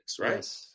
right